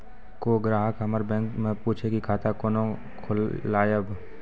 कोय ग्राहक हमर बैक मैं पुछे की खाता कोना खोलायब?